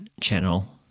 channel